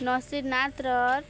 ନସୀନ୍ନାଥର